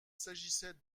s’agissait